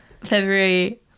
February